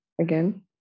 again